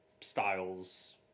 Styles